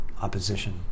opposition